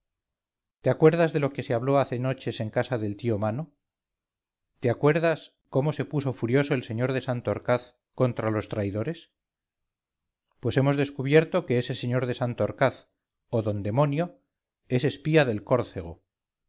te acuerdas de lo que se habló hace noches en casa del tío mano te acuerdas cómo se puso furioso el sr de santorcaz contra los traidores pues hemos descubierto que ese sr de santorcaz o d demonio es espía del córcego